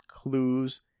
clues